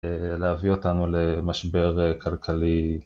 להביא אותנו למשבר כלכלי